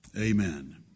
Amen